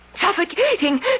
suffocating